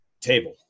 table